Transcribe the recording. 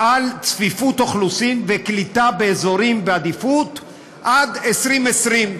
על צפיפות אוכלוסין וקליטה באזורים בעדיפות עד 2020,